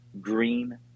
green